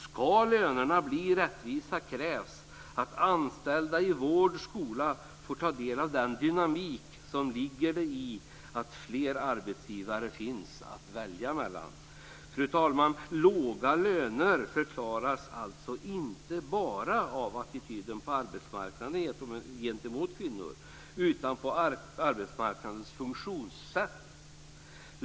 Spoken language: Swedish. Ska lönerna bli rättvisa krävs att anställda i vård och skola får ta del av den dynamik som ligger i att fler arbetsgivare finns att välja mellan. Fru talman! Låga löner förklaras alltså inte bara av attityden på arbetsmarknaden gentemot kvinnor utan också av arbetsmarknadens funktionssätt.